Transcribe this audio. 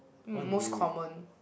m~ most common